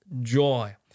joy